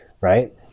Right